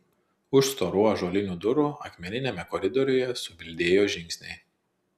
už storų ąžuolinių durų akmeniniame koridoriuje subildėjo žingsniai